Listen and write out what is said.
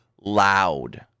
loud